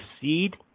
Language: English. seed